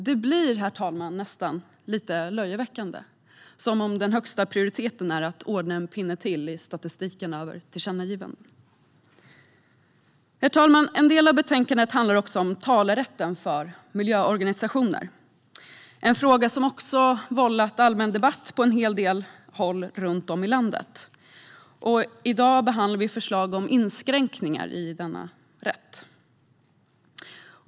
Det blir, herr talman, nästan lite löjeväckande, som om den högsta prioriteten är att ordna en pinne till i statistiken över tillkännagivanden. Herr talman! En del av betänkandet tar upp talerätten för miljöorganisationer. Det är en fråga som också har vållat allmän debatt på en hel del håll runt om i landet. I dag behandlar vi förslag om inskränkningar i denna rätt.